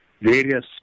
various